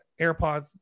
AirPods